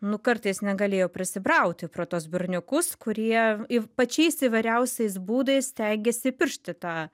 nu kartais negalėjo prasibrauti pro tuos berniukus kurie pačiais įvairiausiais būdais stengiasi įpiršti tą